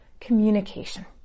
communication